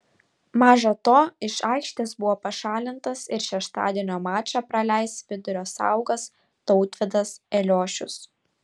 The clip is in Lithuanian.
maža to iš aikštės buvo pašalintas ir šeštadienio mačą praleis vidurio saugas tautvydas eliošius